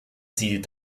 sie